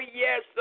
yes